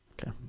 Okay